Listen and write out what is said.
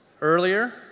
Earlier